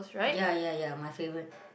ya ya ya my favorite